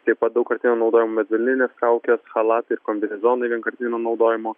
taip pat daugkartinio naudojimo medvilninės kaukės chalatai kombinezonai vienkartinio naudojimo